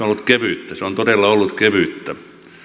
ollut kevyttä se on todella ollut kevyttä